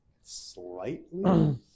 Slightly